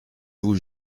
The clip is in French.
vous